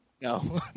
No